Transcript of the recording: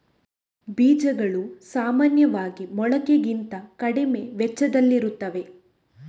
ಬೀಜಗಳು ಸಾಮಾನ್ಯವಾಗಿ ಮೊಳಕೆಗಿಂತ ಕಡಿಮೆ ವೆಚ್ಚದಲ್ಲಿರುತ್ತವೆ